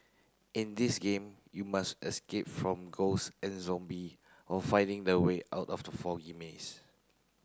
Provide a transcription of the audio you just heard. in this game you must escape from ghosts and zombie while finding the way out of the foggy maze